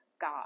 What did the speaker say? God